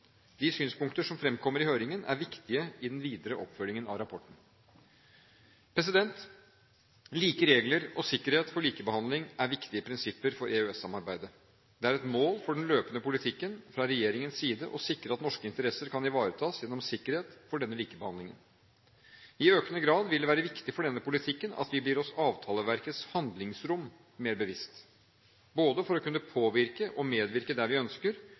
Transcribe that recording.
De synspunkter som framkommer i høringen, er viktige i den videre oppfølgingen av rapporten. Like regler og sikkerhet for likebehandling er viktige prinsipper for EØS-samarbeidet. Det er et mål for den løpende politikken fra regjeringens side å sikre at norske interesser kan ivaretas gjennom sikkerhet for denne likebehandlingen. I økende grad vil det være viktig for denne politikken at vi blir oss avtaleverkets handlingsrom mer bevisst, både for å kunne påvirke og medvirke der vi ønsker,